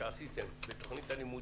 שבצעתם בתוכנית הלימודים,